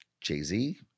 Jay-Z